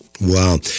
wow